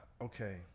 Okay